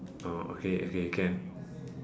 oh okay okay can